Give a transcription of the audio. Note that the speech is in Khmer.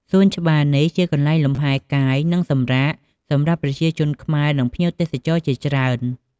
សួនច្បារនេះជាកន្លែងលំហែកាយ និងសម្រាកសម្រាប់ប្រជាជនខ្មែរ និងភ្ញៀវទេសចរជាច្រើន។